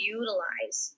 utilize